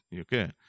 Okay